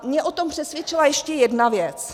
Mě o tom přesvědčila ještě jedna věc.